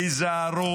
היזהרו.